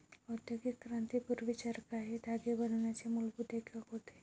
औद्योगिक क्रांती पूर्वी, चरखा हे धागे बनवण्याचे मूलभूत एकक होते